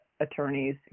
attorneys